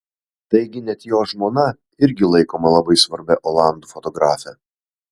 taigi net jo žmona irgi laikoma labai svarbia olandų fotografe